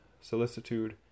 solicitude